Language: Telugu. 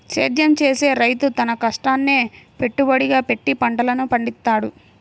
సేద్యం చేసే రైతు తన కష్టాన్నే పెట్టుబడిగా పెట్టి పంటలను పండిత్తాడు